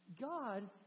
God